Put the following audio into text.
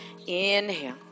Inhale